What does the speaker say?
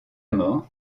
mort